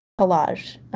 collage